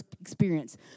experience